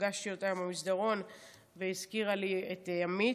פגשתי אותה היום במסדרון והיא הזכירה לי את עמית.